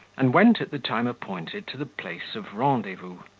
and went at the time appointed to the place of rendezvous,